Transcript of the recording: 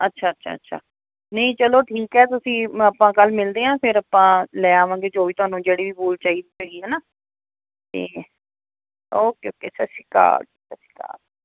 ਅੱਛਾ ਅੱਛਾ ਅੱਛਾ ਨਹੀਂ ਚਲੋ ਠੀਕ ਹੈ ਤੁਸੀਂ ਆਪਾਂ ਕੱਲ੍ਹ ਮਿਲਦੇ ਹਾਂ ਫਿਰ ਆਪਾਂ ਲੈ ਆਵਾਂਗੇ ਜੋ ਵੀ ਤੁਹਾਨੂੰ ਜਿਹੜੀ ਵੀ ਵੂਲ ਚਾਹੀਦੀ ਹੋਏਗੀ ਹੈ ਨਾ ਅਤੇ ਓਕੇ ਓਕੇ ਸਤਿ ਸ਼੍ਰੀ ਅਕਾਲ ਸਤਿ ਸ਼੍ਰੀ ਅਕਾਲ